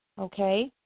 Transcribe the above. Okay